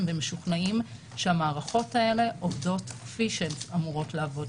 ומשוכנעים שהמערכות האלה עובדות כפי שהן אמורות לעבוד,